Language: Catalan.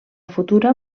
futura